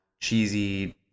cheesy